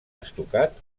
estucat